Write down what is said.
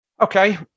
okay